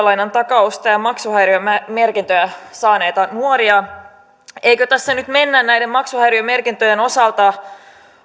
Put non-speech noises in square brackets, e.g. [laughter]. [unintelligible] lainan valtiontakausta ja maksuhäiriömerkintöjä saaneita nuoria eikö tässä nyt mennä näiden maksuhäiriömerkintöjen osalta